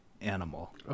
animal